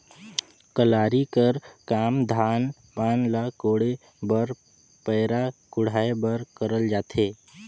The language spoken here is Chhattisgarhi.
कलारी कर काम धान पान ल कोड़े बर पैरा कुढ़ाए बर करल जाथे